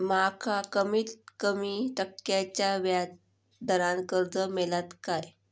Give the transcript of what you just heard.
माका कमीत कमी टक्क्याच्या व्याज दरान कर्ज मेलात काय?